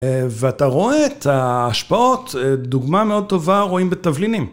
ואתה רואה את ההשפעות, דוגמה מאוד טובה רואים בתבלינים.